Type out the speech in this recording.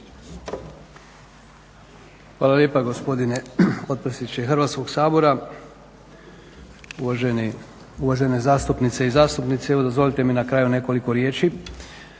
Hvala lijepa gospodine potpredsjedniče Hrvatskog sabora. Uvažene zastupnice i zastupnici. Evo dozvolite mina kraju nekoliko riječi